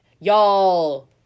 Y'all